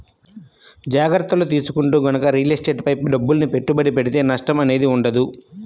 జాగర్తలు తీసుకుంటూ గనక రియల్ ఎస్టేట్ పై డబ్బుల్ని పెట్టుబడి పెడితే నష్టం అనేది ఉండదు